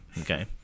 okay